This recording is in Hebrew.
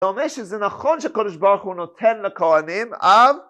אתה אומר שזה נכון שקדוש ברוך הוא נותן לכהנים, א...